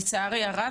לצערי הרב.